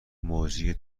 مجری